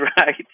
Right